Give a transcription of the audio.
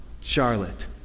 Charlotte